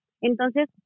entonces